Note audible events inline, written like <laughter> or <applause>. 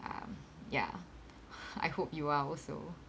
um ya <breath> I hope you are also